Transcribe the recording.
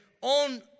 on